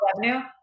revenue